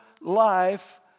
life